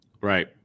Right